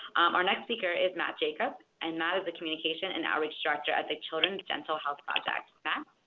our next speaker is matt jacob. and matt is the communication and outreach director at the children's dental health project. matt?